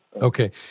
Okay